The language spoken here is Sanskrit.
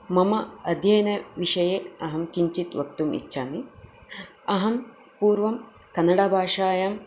मम अध्यनविषये अहं किञ्चित् वक्तुं इच्छामि अहं पूर्वं कन्नडभाषायां